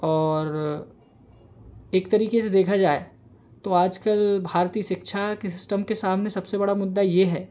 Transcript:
और एक तरीके से देखा जाए तो आजकल भारतीय शिक्षा के सिस्टम के सामने सबसे बड़ा मुद्दा ये है